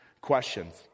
questions